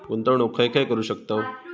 गुंतवणूक खय खय करू शकतव?